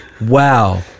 wow